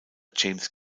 james